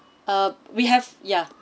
uh we have ya